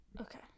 okay